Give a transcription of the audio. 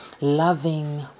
loving